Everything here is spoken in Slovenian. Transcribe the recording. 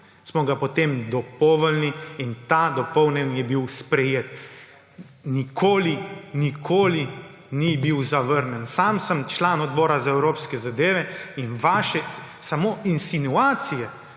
smo ga potem dopolnili in ta dopolnjeni je bil sprejet. Nikoli ni bil zavrnjen. Sam sem član Odbora za Evropske zadeve in vaše samo insinuacije